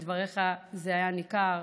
בדבריך זה היה ניכר,